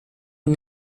und